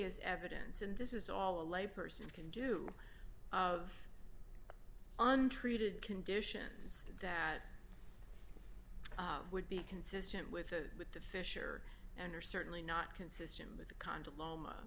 is evidence and this is all a lay person can do of untreated conditions that would be consistent with the with the fisher and are certainly not consistent with